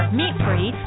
meat-free